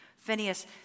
Phineas